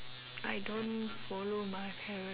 I don't follow my parents